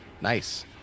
Nice